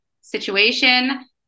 situation